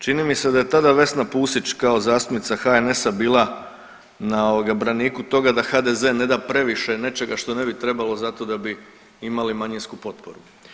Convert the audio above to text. Čini mi se da je tada Vesna Pusić kao zastupnica HNS-a bila na ovoga braniku toga da HDZ ne da previše nečega što ne bi trebalo zato da bi imali manjinsku potporu.